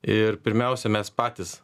ir pirmiausia mes patys